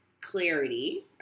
clarity